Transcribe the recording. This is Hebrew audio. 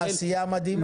יש שם עשייה מדהימה.